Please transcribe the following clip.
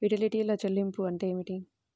యుటిలిటీల చెల్లింపు అంటే ఏమిటి?